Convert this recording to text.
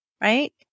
right